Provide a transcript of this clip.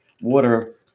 water